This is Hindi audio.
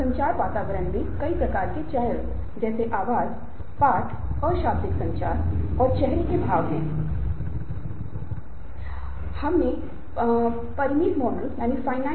निचले क्रम की जरूरतें भोजन कपड़ा और आश्रय की जरूरतें हैं उच्च क्रम की जरूरतें आत्मसम्मान प्राप्ति या प्रेम और संबद्धता की जरूरत हो सकती हैं